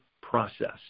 process